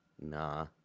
nah